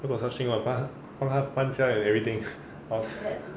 where got such thing 帮他帮他搬家 and everything house